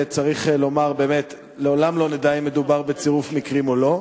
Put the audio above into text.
צריך לומר שלעולם לא נדע אם מדובר בצירוף מקרים או לא,